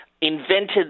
invented